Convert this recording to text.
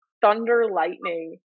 thunder-lightning